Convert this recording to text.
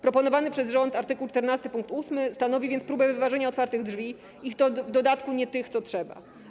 Proponowany przez rząd art. 14 pkt 8 stanowi więc próbę wyważenia otwartych drzwi, i to w dodatku nie tych, co trzeba.